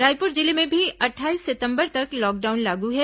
रायपुर जिले में भी अट्ठाईस सितंबर तक लॉकडाउन लागू है